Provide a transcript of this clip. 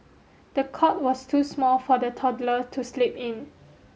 the cot was too small for the toddler to sleep in